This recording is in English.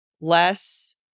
less